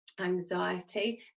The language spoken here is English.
anxiety